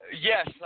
Yes